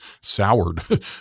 soured